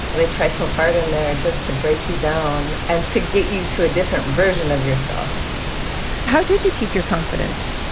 they try so hard in there just to break you down and to get you to a different version of yourself how did you keep your confidence?